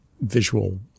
visual